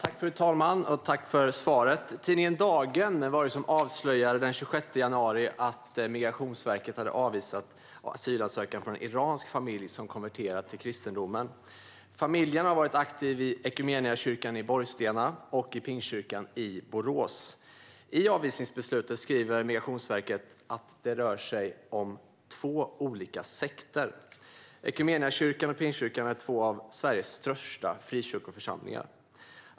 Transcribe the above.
Fru talman! Tack för svaret! Det var tidningen Dagen som den 26 januari avslöjade att Migrationsverket hade avvisat asylansökan från en iransk familj som konverterat till kristendomen. Familjen har varit aktiv i Equmeniakyrkan i Borgstena och i Pingstkyrkan i Borås. I avvisningsbeslutet skriver Migrationsverket att "det rör sig om två olika sekter". Equmeniakyrkan och Pingstkyrkan är två av Sveriges största frikyrkoförsamlingar.